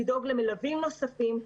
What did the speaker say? לדאוג למלווים נוספים,